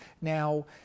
Now